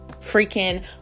freaking